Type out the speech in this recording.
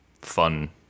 fun